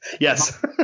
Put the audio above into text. Yes